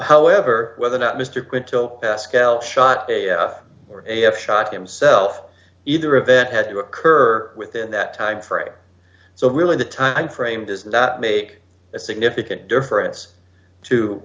however whether or not mr quinto pascal shot a f or a f shot himself either event had to occur within that time frame so really the time frame does not make a significant difference to